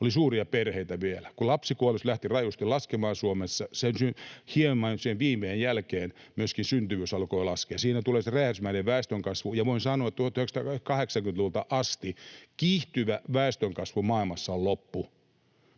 Oli suuria perheitä. Kun lapsikuolleisuus lähti rajusti laskemaan Suomessa, pienen viiveen jälkeen myöskin syntyvyys alkoi laskea. Siinä tulee se räjähdysmäinen väestönkasvu, ja voin sanoa, että 1980-luvulta asti kiihtyvä väestönkasvu maailmassa on loppu.